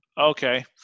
Okay